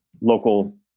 local